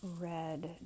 red